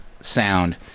sound